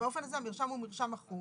באופן הזה המרשם הוא מרשם ---,